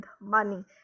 money